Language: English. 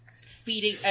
feeding